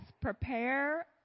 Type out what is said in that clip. prepare